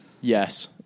Yes